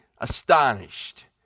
astonished